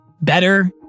better